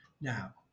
Now